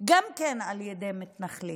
גם כן על ידי מתנחלים.